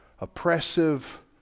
oppressive